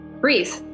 Breathe